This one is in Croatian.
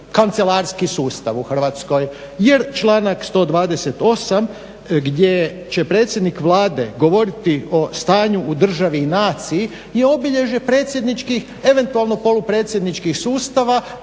kancelarski sustav u Hrvatskoj. Jer članak 128. gdje će predsjednik Vlade govoriti o stanju u državi i naciji je obilježje predsjedničkih, eventualno polupredsjedničkih sustava.